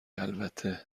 البته